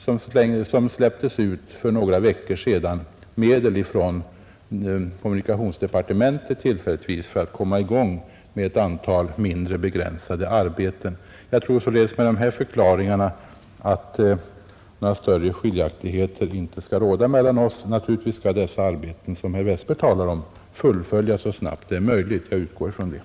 För några veckor sedan erhölls tillfälligt medel från kommunikationsdepartementet för igångsättning av ett antal begränsade, mindre arbeten. Jag tror att det efter dessa förklaringar inte skall råda några större meningsskiljaktigheter mellan oss. Naturligtvis skall de arbeten som herr Westberg talar om fullföljas så snabbt som möjligt. Jag utgår från det.